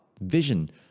vision